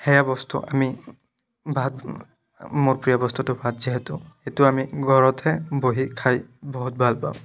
সেয়া বস্তু আমি ভাত মোৰ প্ৰিয় বস্তুটো ভাত যিহেতু সেইটো আমি ঘৰতহে বহি খাই বহুত ভাল পাওঁ